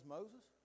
Moses